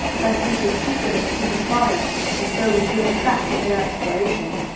lest he should speak of it to his father and so reveal the fact of their explorations.